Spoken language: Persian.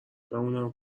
بمونم